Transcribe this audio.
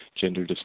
gender